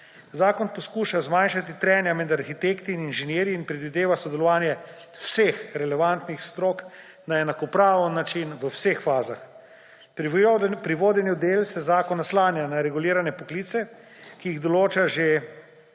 Zakon poskuša zmanjšati trenja med arhitekti in inženirji in predvideva sodelovanje vseh relevantnih strok na enakopraven način v vseh fazah. Pri vodenju del se zakon naslanja na regulirane poklice, ki jih določa že